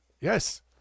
Yes